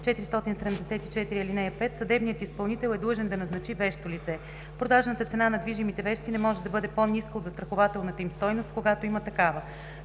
474, ал. 5 съдебният изпълнител е длъжен да назначи вещо лице. Продажната цена на движимите вещи не може да бъде по-ниска от застрахователната им стойност, когато има такава.